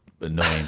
annoying